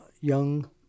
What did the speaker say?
young